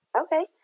Okay